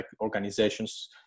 organizations